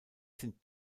sind